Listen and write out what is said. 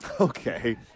Okay